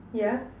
yeah